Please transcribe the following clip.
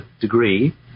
degree